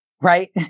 right